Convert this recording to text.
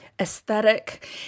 aesthetic